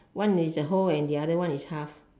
one is a whole and the other one is half